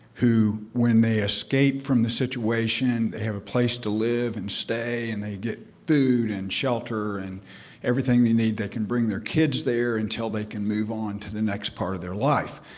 who when they escaped from the situation, they have a place to live and stay, and they get food, and shelter, and everything they need. they can bring their kids there until they can move on to the next part of their life.